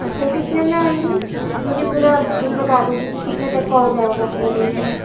اچھا کتنے میں ہوئے گی مجھے پورا بل بتا دیجیے کہ کتنے تک کا ہو جائے گا پورا بل میرا